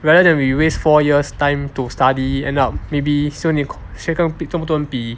rather than we waste four years time to study end up maybe still need 需要跟这么多人比